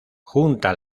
junta